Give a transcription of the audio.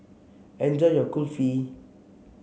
enjoy your Kulfi